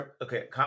okay